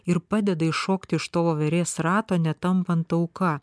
ir padeda iššokti iš to voverės rato netampant auka